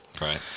Right